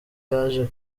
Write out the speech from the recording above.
yaje